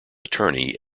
attorney